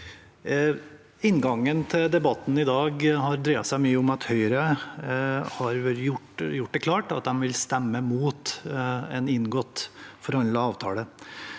Inngangen til de- batten i dag har dreid seg mye om at Høyre har gjort det klart at de vil stemme imot en forhandlet og